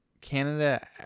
Canada